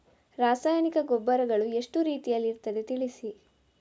ರಾಸಾಯನಿಕ ಗೊಬ್ಬರಗಳು ಎಷ್ಟು ರೀತಿಯಲ್ಲಿ ಇರ್ತದೆ ತಿಳಿಸಿ?